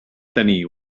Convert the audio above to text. tenir